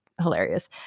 hilarious